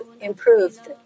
improved